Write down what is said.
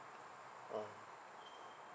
ah